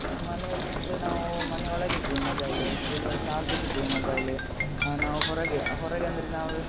ಮನೆಲ್ಲಿಟ್ಟರೆ ನಾವು ಮನೆ ಒಳಗೆ ಇಟ್ವಿ ಮೊಬೈಲ್ ಇಲ್ಲವಾ ಚಾರ್ಜ್ಗಿಟ್ವಿ ಮೊಬೈಲ್ ನಾವು ಹೊರಗೆ ಹೊರಗಂದರೆ ನಾವು